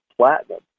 platinum